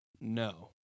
no